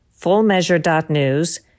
fullmeasure.news